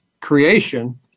creation